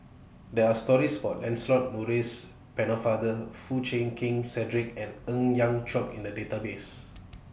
There Are stories about Lancelot Maurice Pennefather Foo Chee Keng Cedric and Ng Yat Chuan in The Database